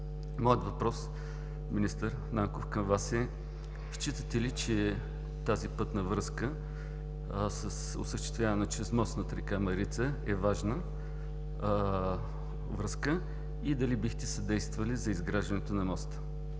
Моят въпрос, министър Нанков, към Вас е: считате ли, че тази транспортна връзка, осъществявана чрез мост над река Марица, е важна връзка и дали бихте съдействали за изграждане на моста?